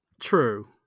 true